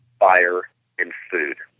fire and food.